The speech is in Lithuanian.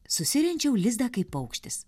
susirenčiau lizdą kaip paukštis